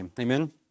Amen